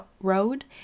road